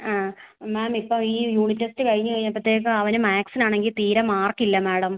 ആ മാം ഇപ്പം ഈ യൂണിറ്റ് ടെസ്റ്റ് കഴിഞ്ഞ് കഴിഞ്ഞപ്പോഴേക്കും അവൻ മാത്സിനാണെങ്കിൽ തീരെ മാർക്ക് ഇല്ല മാഡം